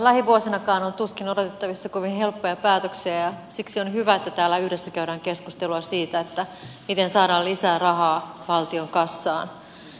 lähivuosinakaan on tuskin odotettavissa kovin helppoja päätöksiä ja siksi on hyvä että täällä yhdessä käydään keskustelua siitä miten saadaan lisää rahaa valtion kassaan